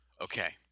Okay